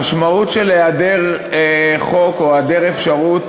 המשמעות של היעדר חוק או היעדר אפשרות